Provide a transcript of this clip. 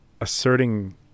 asserting